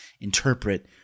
interpret